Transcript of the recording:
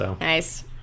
Nice